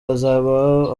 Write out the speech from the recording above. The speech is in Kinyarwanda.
hazaba